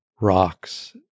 rocks